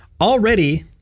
already